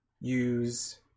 use